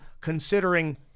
considering